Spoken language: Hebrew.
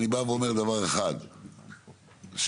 דבר אחד,